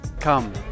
Come